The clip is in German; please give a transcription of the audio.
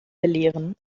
belehren